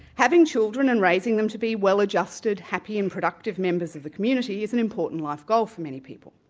having children and raising them to be well-adjusted, happy and productive members of the community, is an important life goal for many people.